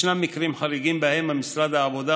ישנם מקרים חריגים שבהם משרד העבודה